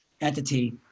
entity